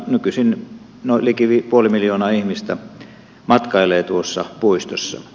nykyisin liki puoli miljoonaa ihmistä matkailee tuossa puistossa